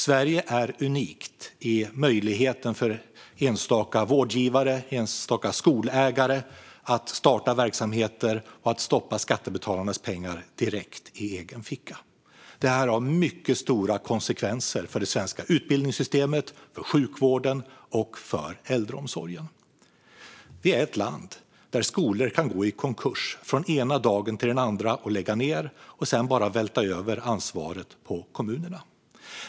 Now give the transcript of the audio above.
Sverige är unikt i fråga om möjligheten för enstaka vårdgivare och enstaka skolägare att starta verksamheter och stoppa skattebetalarnas pengar direkt i egen ficka. Det har mycket stora konsekvenser för det svenska utbildningssystemet, för sjukvården och för äldreomsorgen. Vi är ett land där skolor kan gå i konkurs och lägga ned från en dag till en annan och sedan bara vältra över ansvaret på kommunerna.